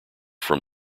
from